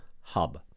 hub